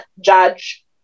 judge